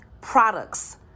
products